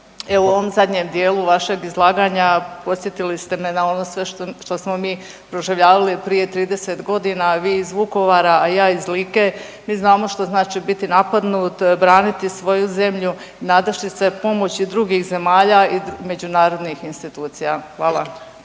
Evo, u ovom zadnjem dijelu vašeg izlaganja podsjetili ste me na ono sve što smo mi proživljavali prije 30 godina, vi iz Vukovara, a ja iz Like, mi znamo što znači biti napadnut, braniti svoju zemlju, nadati se pomoći drugih zemalja i međunarodnih institucija. Hvala.